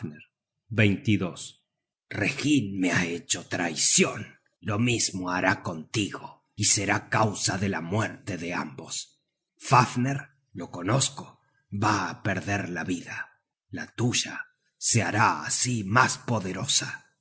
fafner reginn me ha hecho traicion lo mismo hará contigo y será causa de la muerte de ambos fafner lo conozco va á perder la vida la tuya se hará así mas poderosa